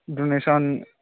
donation